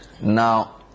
Now